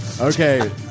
Okay